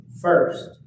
first